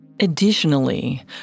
Additionally